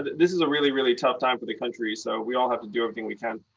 this is a really, really tough time for the country. so we all have to do everything we can.